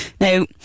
Now